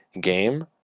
game